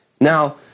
Now